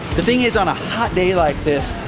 the thing is on a hot day like this,